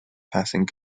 passing